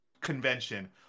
convention